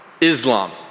Islam